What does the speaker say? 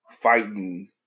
fighting